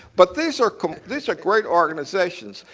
but these are these are great organizations.